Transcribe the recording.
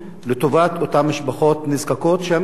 שהמדינה תקים את המפעלים, תפקח.